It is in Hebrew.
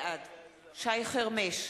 בעד שי חרמש,